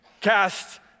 cast